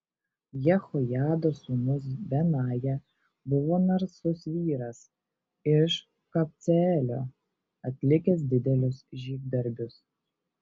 jehojados sūnus benaja buvo narsus vyras iš kabceelio atlikęs didelius žygdarbius